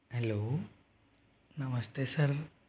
hello namaste sir